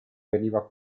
veniva